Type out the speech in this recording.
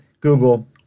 Google